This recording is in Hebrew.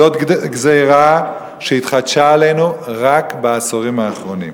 זאת גזירה שהתחדשה עלינו רק בעשורים האחרונים.